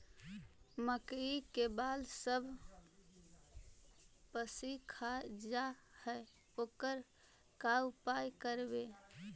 मकइ के बाल सब पशी खा जा है ओकर का उपाय करबै?